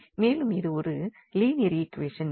மேலும் இது ஒரு லீனியர் ஈக்வேஷன்